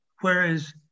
whereas